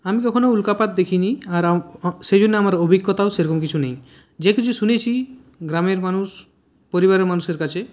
আমি কখনও উল্কাপাত দেখিনি আর সেইজন্য আমার অভিজ্ঞতাও সেরকম কিছু নেই যে কিছু শুনেছি গ্রামের মানুষ পরিবারের মানুষের কাছে